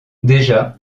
déjà